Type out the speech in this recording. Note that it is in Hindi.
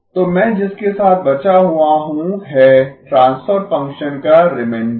तो मैं जिसके साथ बचा हुआ हूं है ट्रांसफर फ़ंक्शन का रिमेंडर